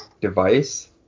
device